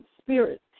spirit